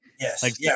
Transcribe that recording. Yes